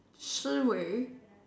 Shi Wei